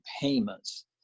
payments